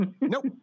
nope